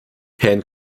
herr